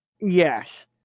Yes